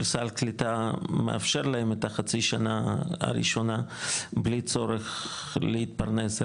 סל קליטה מאפשר להם את החצי שנה הראשונה בלי צורך להתפרנס.